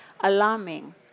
alarming